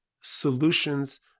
solutions